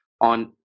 on